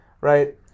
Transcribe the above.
right